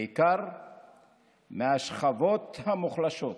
בעיקר מהשכבות המוחלשות.